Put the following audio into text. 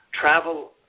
travel